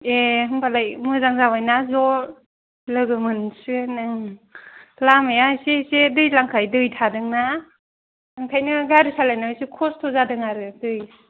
ए होमबालाय मोजां जाबायना ज' लोगो मोनसिगोन ने ओं लामाया एसे एसे दैज्लांखाय दै थादोंना ओंखायनो गारि सालायनायाव एसे खस्थ' जादों आरो दै